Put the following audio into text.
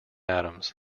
atoms